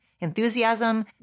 enthusiasm